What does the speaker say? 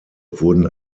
wurden